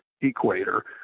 equator